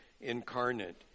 incarnate